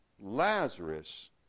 Lazarus